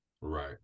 Right